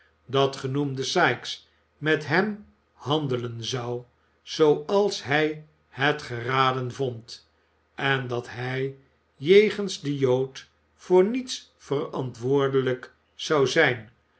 dat genoemde sikes met hem handelen zou zooals hij het geraden vond en dat hij jegens den jood voor niets verantwoordelijk zou zijn